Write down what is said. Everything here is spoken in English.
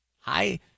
Hi